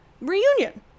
reunion